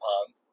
pond